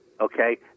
okay